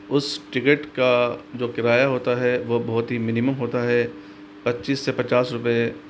उस टिकट का जो किराया होता है वो बहुत ही मिनिमम होता है पच्चीस से पचास रुपए